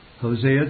Hosea